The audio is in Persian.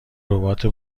ربات